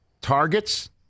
Targets